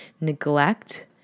neglect